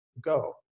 go